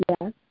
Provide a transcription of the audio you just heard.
Yes